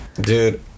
Dude